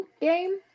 game